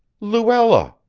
luella!